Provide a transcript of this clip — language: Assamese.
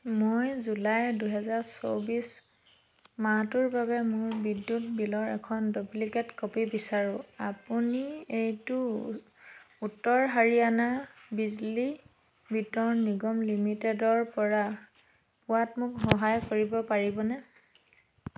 মই জুলাই দুহেজাৰ চৌব্বিছ মাহটোৰ বাবে মোৰ বিদ্যুৎ বিলৰ এখন ডুপ্লিকেট কপি বিচাৰো আপুনি এইটো উত্তৰ হাৰিয়ানা বিজলী বিতৰণ নিগম লিমিটেডৰ পৰা পোৱাত মোক সহায় কৰিব পাৰিবনে